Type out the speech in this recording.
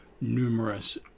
numerous